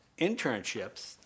internships